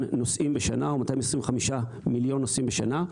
נוסעים בשנה או 225 מיליון נוסעים בשנה.